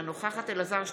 אינה נוכחת אלעזר שטרן,